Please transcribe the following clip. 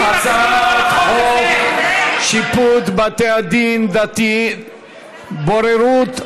הצעת חוק שיפוט בתי-דין דתיים (בוררות),